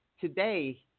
Today